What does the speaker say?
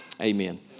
Amen